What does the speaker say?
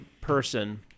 person